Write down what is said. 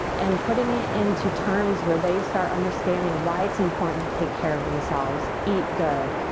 and putting it into terms where they start understanding why it's important to take care of themselves. eat good,